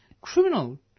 criminal